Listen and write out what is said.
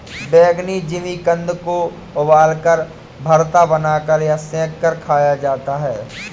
बैंगनी जिमीकंद को उबालकर, भरता बनाकर या सेंक कर खाया जा सकता है